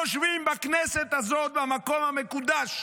יושבים בכנסת הזאת, במקום המקודש,